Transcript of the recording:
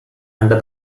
under